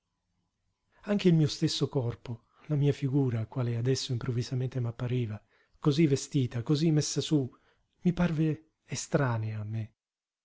anche il mio stesso corpo la mia figura quale adesso improvvisamente m'appariva cosí vestita cosí messa sú mi parve estranea a me